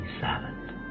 silent